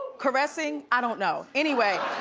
caressing, i don't know. anyway,